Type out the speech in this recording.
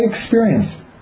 experience